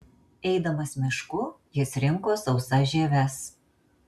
eidamas mišku jis rinko sausas žieves